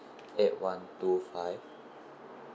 eight one two five